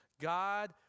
God